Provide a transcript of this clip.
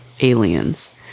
aliens